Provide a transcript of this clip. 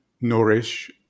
nourish